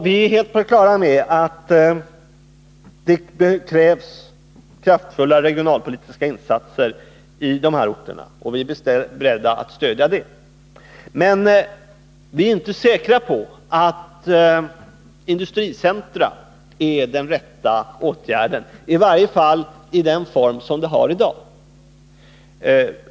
Vi är helt på det klara med att det krävs kraftfulla regionalpolitiska insatser i de här orterna, och vi är beredda att stödja det. Men vi är inte säkra på att den rätta åtgärden är att bygga industricentra, i varje fall inte i den form de har i dag.